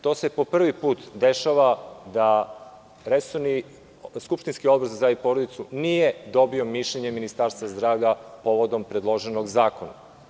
To se po prvi put dešava da skupštinski Odbor za zdravlje i porodicu nije dobio mišljenje Ministarstva zdravlja povodom pre4dloženog zakona.